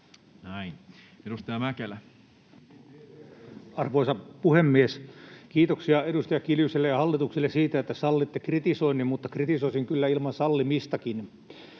15:33 Content: Arvoisa puhemies! Kiitoksia edustaja Kiljuselle ja hallitukselle siitä, että sallitte kritisoinnin, mutta kritisoisin kyllä ilman sallimistakin.